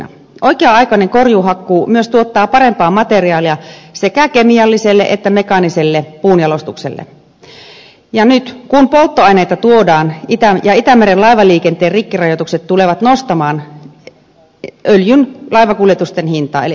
oikea aikainen korjuuhakkuu myös tuottaa parempaa materiaalia sekä kemialliselle että mekaaniselle puunjalostukselle ja nyt kun polttoaineita tuodaan itämeren laivaliikenteen rikkirajoitukset tulevat nostamaan öljyn laivakuljetusten hintaa eli energian hintaa